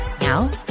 now